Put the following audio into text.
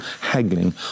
haggling